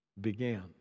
began